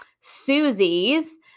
Susie's